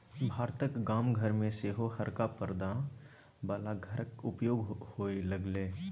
भारतक गाम घर मे सेहो हरका परदा बला घरक उपयोग होए लागलै